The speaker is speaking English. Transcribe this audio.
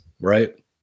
right